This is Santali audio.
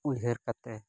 ᱩᱭᱦᱟᱹᱨ ᱠᱟᱛᱮ